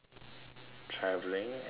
travelling anything else